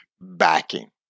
backing